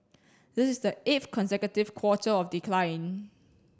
this is the eighth consecutive quarter of decline